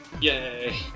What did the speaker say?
Yay